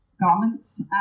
garments